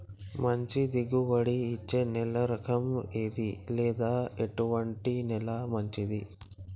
మంచి దిగుబడి ఇచ్చే నేల రకం ఏది లేదా ఎటువంటి నేల మంచిది?